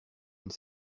une